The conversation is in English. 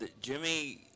Jimmy